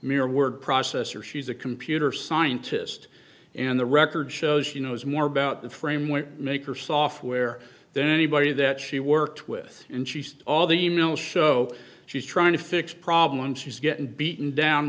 mere word processor she's a computer scientist and the record shows you knows more about the framework maker software then anybody that she worked with and she's all the emails show she's trying to fix problems she's getting beaten down